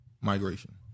migration